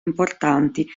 importanti